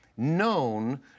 known